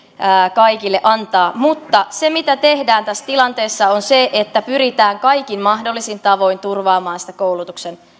kaikille antaa mutta se mitä tehdään tässä tilanteessa on se että pyritään kaikin mahdollisin tavoin turvaamaan koulutuksen